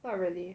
not really